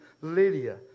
Lydia